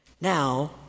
Now